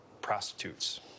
Prostitutes